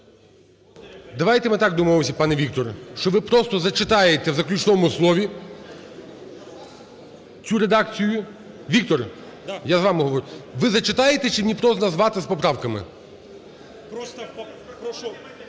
Давайте ми так домовимося, пане Віктор, що ви просто зачитаєте в заключному слові цю редакцію. Віктор, я з вами говорю. Ви зачитаєте чи мені просто назвати з поправками? 12:58:37